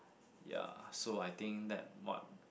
ya so I think that what